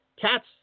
Cats